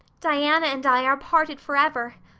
diana and i are parted forever.